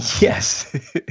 Yes